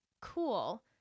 cool